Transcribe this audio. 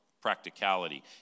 practicality